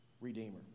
Redeemer